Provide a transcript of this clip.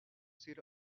sir